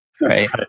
right